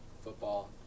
football